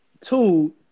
two